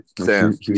Sam